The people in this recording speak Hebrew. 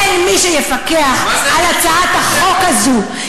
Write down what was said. אין מי שיפקח על הצעת החוק הזו,